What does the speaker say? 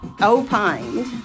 opined